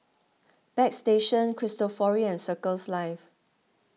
Bagstationz Cristofori and Circles Life